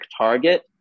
target